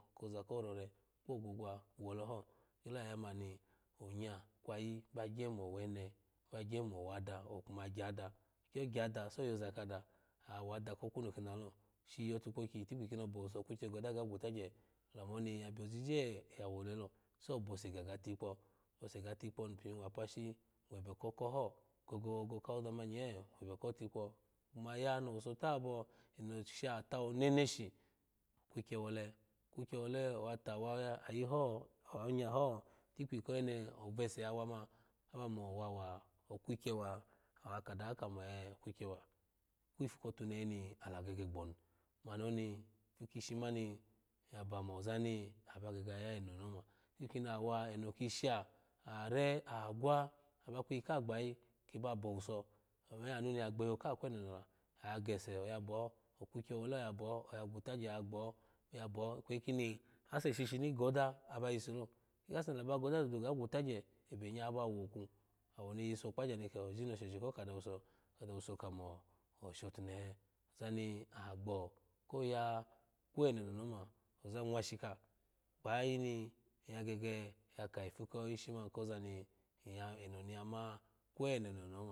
Oza korere kpo ogwogwa wole ho ogyolo yaya mani onya kwa ayi gye mo owene gye mo owada okuma gyada ogyo gyada so yoza kada awada ko kunu kin lalo shiyi otukpokyi kukye goda ga gutagye olamu oni ya byo jije ya wole lo so bose gaga tikpo bose ga tikpo oni pin wa apashi gaga tikpo bose ga tikpo oni pin wa apashi webe ko oko ho gogogo go kawoza mani nye webe ki tikpo kumaya no owuso tabo ebo sha tawo neneshi kukye wole kukye wole owa tawa ayiho awa nya ho itikpi kooni ovese yawa ma abamo owawa okukye wa akadawa moe in kukye wa kpifu kotunehe ni ala gege gboni mani oni ifu kishi mani in yaba mo ozani aba gege yaya enoni oma inkini aha wa eno kisha are aha gwa aba kwiyi kaha gbayi kiba bowuso omeanu niya gheho kkahagbayi kiba bowuso omeanu niya gbeho kaha kweneno la agese oya bo okwikye wole oya bo oya gutagye oyagbo oya bo ikweyi kini ase shishini goda aba yiso lo akwe kase ni ala ba goda dudu ga gutagye ebenya aba woku awoni yiso okpagye nike oji no shoshi ko kado wuse kamo oshotunehe ozani aha gbo koya kweneno ni oma oza nwashika gbayayi in in ya gege ya ka ifu ko ishi man kozeni inya eno ni in yama kweneno ni ama.